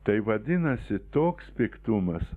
tai vadinasi toks piktumas